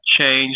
change